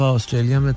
Australia